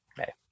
Okay